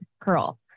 curl